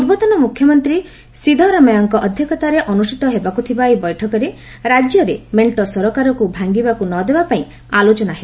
ପୂର୍ବତନ ମୁଖ୍ୟମନ୍ତ୍ରୀ ସିଦ୍ଧରମାୟାଙ୍କ ଅଧ୍ୟକ୍ଷତାରେ ଅନୁଷ୍ଠିତ ହେବାକୁ ଥିବା ଏହି ବୈଠକରେ ରାଜ୍ୟରେ ମେଣ୍ଟ ସରକାରକୁ ଭାଙ୍ଗିବାକୁ ନ ଦେବା ପାଇଁ ଆଲୋଚନା ହେବ